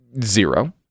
zero